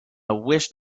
wished